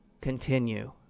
continue